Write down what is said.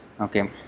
okay